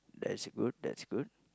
that's good that's good